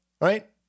right